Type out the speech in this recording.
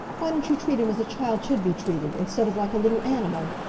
why don't you treat him as a child should be treated, instead of like a little animal?